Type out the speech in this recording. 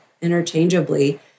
interchangeably